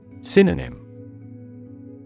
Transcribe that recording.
Synonym